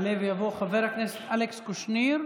יעלה ויבוא חבר הכנסת אלכס קושניר.